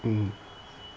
mm